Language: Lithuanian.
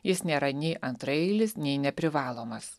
jis nėra nei antraeilis nei neprivalomas